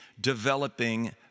developing